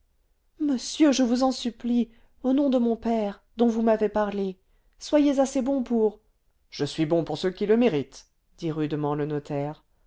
monsieur je vous en supplie au nom de mon père dont vous m'avez parlé soyez assez bon pour je suis bon pour ceux qui le méritent dit rudement le notaire